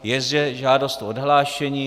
Je zde žádost o odhlášení.